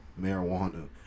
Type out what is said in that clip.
marijuana